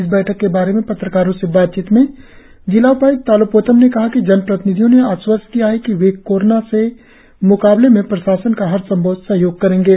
इस बैठक के बारे में पत्रकारों से बातचीत में जिला उपाय्क्त तालो पोतम ने कहा कि जनप्रतिनिधियों ने आश्वस्त किया है कि वे कोरोना से मुकाबले में प्रशासन का हर संभव सहयोग करेंगे